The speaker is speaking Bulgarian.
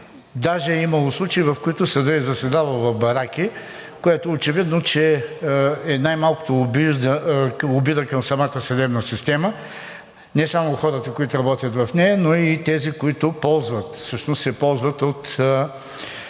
даже е имало случаи, в които съдът е заседавал в бараки, което очевидно, че е най-малкото обида към самата съдебна система, а не само хората, които работят в нея, но и тези, които всъщност се ползват от